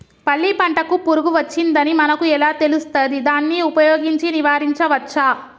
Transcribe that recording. పల్లి పంటకు పురుగు వచ్చిందని మనకు ఎలా తెలుస్తది దాన్ని ఉపయోగించి నివారించవచ్చా?